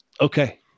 Okay